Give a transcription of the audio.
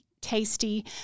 tasty